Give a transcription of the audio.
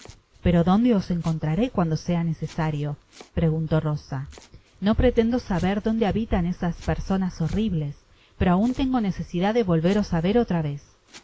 pero dónde os encontraré cuando sea necesario preguntó rosano pretendo saber donde habitan esas personas horribles pero aun tengo necesidad de volveros á ver otra véz